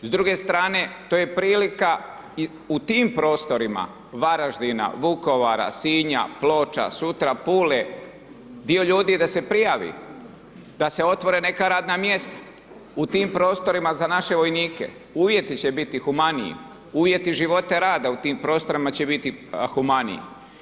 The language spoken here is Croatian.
S druge strane to je prilika u tim prostorima Varaždina, Vukovara, Sinja, Ploča, sutra Pule, dio ljudi da se prijavi, da se otvore neka radna mjesta u tim prostorima za naše vojnike, uvjeti će biti humaniji, uvjeti živote rada u tim prostorima će biti humaniji.